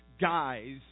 guys